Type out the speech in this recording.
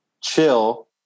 chill